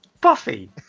Buffy